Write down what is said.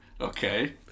Okay